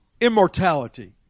immortality